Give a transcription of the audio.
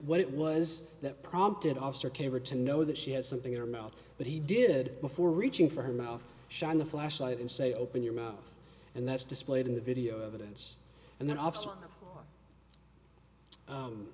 what it was that prompted officer caver to know that she had something in her mouth but he did before reaching for her mouth shined the flashlight and say open your mouth and that's displayed in the video evidence and then